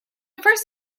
first